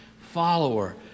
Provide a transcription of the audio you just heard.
follower